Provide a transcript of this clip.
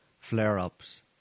flare-ups